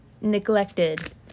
neglected